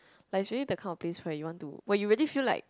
like it's really the kind of place where you want to where you really feel like